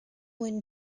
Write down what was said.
win